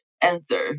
answer